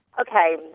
Okay